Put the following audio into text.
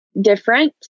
different